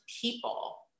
people